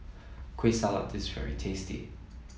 Kueh Salat is very tasty